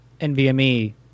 NVMe